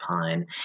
Pine